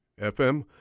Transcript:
FM